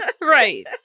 Right